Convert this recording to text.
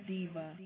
Diva